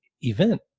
event